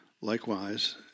Likewise